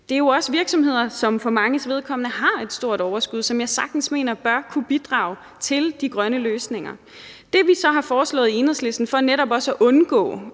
Det er jo også virksomheder, som for manges vedkommende har et stort overskud, og som jeg sagtens mener bør kunne bidrage til de grønne løsninger. Det, vi så har foreslået i Enhedslisten for netop også at undgå,